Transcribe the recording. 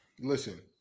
Listen